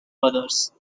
others